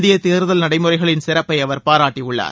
இந்திய தேர்தல் நடைமுறைகளின் சிறப்பை அவர் பாராட்டியுள்ளார்